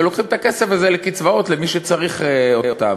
ולוקחים את הכסף הזה לקצבאות למי שצריך אותן,